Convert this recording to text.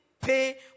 pay